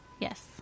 yes